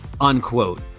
unquote